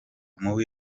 mubi